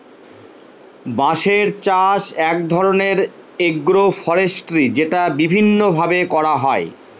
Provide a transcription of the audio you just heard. বাঁশের চাষ এক ধরনের এগ্রো ফরেষ্ট্রী যেটা বিভিন্ন ভাবে করা হয়